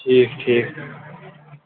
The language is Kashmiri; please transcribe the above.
ٹھیٖک ٹھیٖک